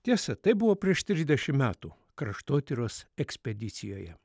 tiesa tai buvo prieš trisdešim metų kraštotyros ekspedicijoje